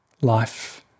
life